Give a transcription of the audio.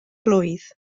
blwydd